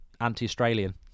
anti-australian